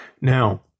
Now